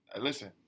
Listen